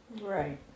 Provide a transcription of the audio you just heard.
Right